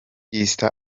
east